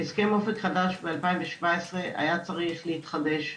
הסכם אופק חדש מ-2017 היה צריך להתחדש,